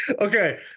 Okay